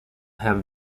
have